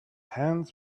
hands